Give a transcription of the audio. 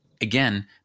again